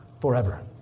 forever